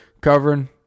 covering